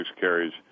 carries